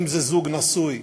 אם זה זוג נשוי,